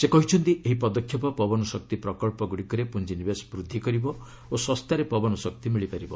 ସେ କହିଛନ୍ତି ଏହି ପଦକ୍ଷେପ ପବନଶକ୍ତି ପ୍ରକଳ୍ପଗୁଡ଼ିକରେ ପୁଞ୍ଜିନିବେଶ ବୃଦ୍ଧି କରିବ ଓ ଶସ୍ତାରେ ପବନ ଶକ୍ତି ମିଳିପାରିବ